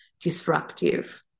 disruptive